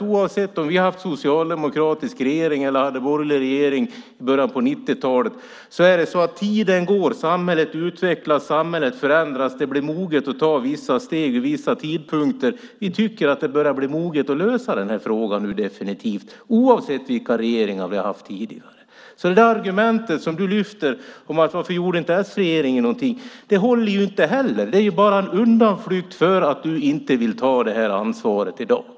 Oavsett om vi har haft socialdemokratisk regering eller hade borgerlig regering i början på 90-talet går tiden och samhället utvecklas och förändras. Det blir mer moget att ta vissa steg vid vissa tidpunkter. Vi tycker att det börjar bli moget att lösa den här frågan nu definitivt, oavsett vilka regeringar vi har haft tidigare. Det argument som du lyfter fram om varför s-regeringen inte gjorde någonting håller inte heller. Det är bara en undanflykt för att du inte vill ta det här ansvaret i dag.